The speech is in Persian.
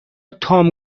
تام